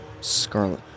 scarlet